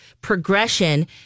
progression